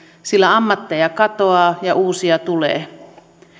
sillä ammatteja katoaa ja uusia tulee